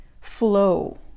flow